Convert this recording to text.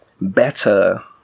better